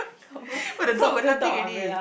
confirm soccer dog umbrella